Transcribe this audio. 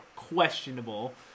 questionable